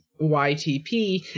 ytp